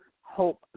hope